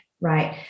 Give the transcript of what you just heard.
right